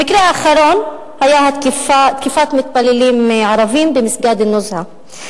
המקרה האחרון היה תקיפת מתפללים ערבים במסגד אל-נוזהא,